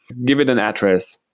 give it an address.